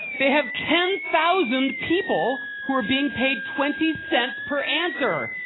they have ten thousand people who are being paid twenty cents per answer.